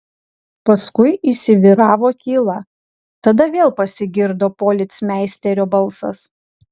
paskui įsivyravo tyla tada vėl pasigirdo policmeisterio balsas